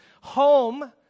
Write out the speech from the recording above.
Home